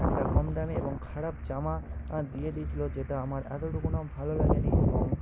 একটা কমদামি এবং খারাপ জামা দিয়ে দিয়েছিল যেটা আমার এতটুকুও ভালো লাগেনি এবং